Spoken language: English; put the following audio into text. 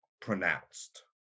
pronounced